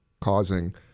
causing